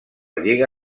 lliga